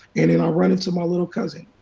and and i run into my little cousin.